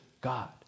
God